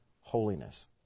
holiness